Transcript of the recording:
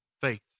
faith